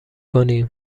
کنی